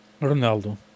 Ronaldo